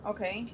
Okay